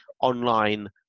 online